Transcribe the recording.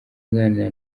aganira